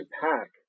pack